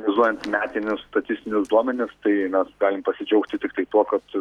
vizuojant metinius statistinius duomenis tai mes galim pasidžiaugti tiktai tuo kad